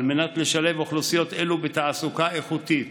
כדי לשלב אוכלוסיות אלה בתעסוקה איכותית